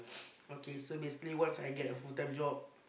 okay so basically once I get a full time job